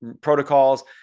protocols